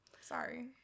Sorry